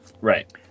Right